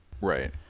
Right